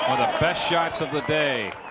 ah the best shots of the day.